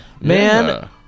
Man